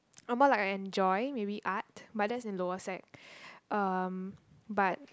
or more like I enjoy maybe art but that's in lower sec um but